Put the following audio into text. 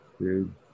Dude